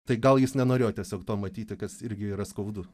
tai gal jis nenorėjo tiesiog to matyti kas irgi yra skaudu